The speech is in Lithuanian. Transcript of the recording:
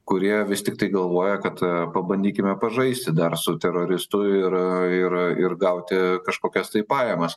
kurie vis tiktai galvoja kad pabandykime pažaisti dar su teroristu ir ir ir gauti kažkokias tai pajamas